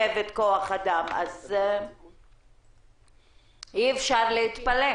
מצבה של כוח אדם, אז אי-אפשר להתפלא.